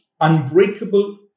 unbreakable